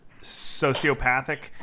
sociopathic